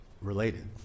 related